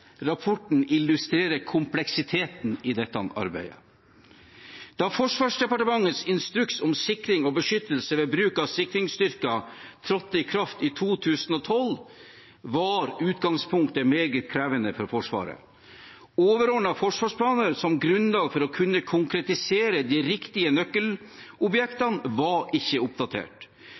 Rapporten illustrerer kompleksiteten i dette arbeidet. Da Forsvarsdepartementets instruks om sikring og beskyttelse ved bruk av sikringsstyrker trådte i kraft i 2012, var utgangspunktet meget krevende for Forsvaret. Overordnede forsvarsplaner som grunnlag for å kunne konkretisere de riktige nøkkelobjektene var ikke oppdatert.